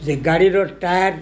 ସେ ଗାଡ଼ିର ଟାୟାର୍